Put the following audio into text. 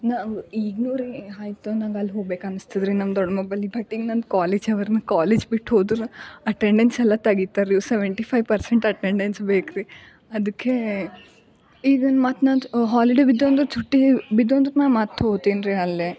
ನಾವು ಈಗ್ಲೂ ರೀ ಆಯ್ತು ನಂಗೆ ಅಲ್ಲಿ ಹೋಗ್ಬೇಕು ಅನಿಸ್ತದೆ ರಿ ನಮ್ಮ ದೊಡ್ಮ ಬಳಿ ಬಟ್ ಈಗ ನನ್ನ ಕಾಲೇಜ್ ಇವೆರಿ ನಾ ಕಾಲೇಜ್ ಬಿಟ್ಟು ಹೋದ್ರೆ ಅಟೆಂಡೆನ್ಸ್ ಎಲ್ಲ ತೆಗಿತಾರಿ ಸೆವೆಂಟಿ ಫೈವ್ ಪರ್ಸೆಂಟ್ ಅಟೆಂಡೆನ್ಸ್ ಬೇಕುರಿ ಅದಕ್ಕೇ ಈಗ ಇನ್ನು ಮತ್ತೆ ನಂದು ಹಾಲಿಡೇ ಬಿದ್ದು ಅಂದ್ರೆ ಛುಟ್ಟಿ ಬಿದ್ದು ಅಂದ್ರೆ ನಾನು ಮತ್ತೆ ಹೋತಿನಿರಿ ಅಲ್ಲಿ